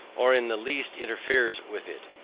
or in the least interferes with it.